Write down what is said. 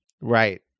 Right